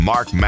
Mark